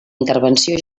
intervenció